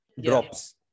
drops